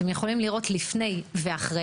אתם יכולים לראות לפני ואחרי.